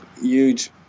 huge